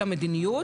אלא "מדיניות"